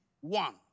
one